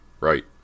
right